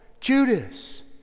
Judas